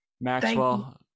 Maxwell